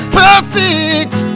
perfect